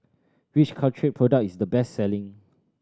which Caltrate product is the best selling